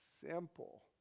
simple